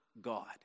God